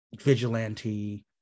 vigilante